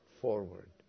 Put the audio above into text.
forward